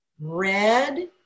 red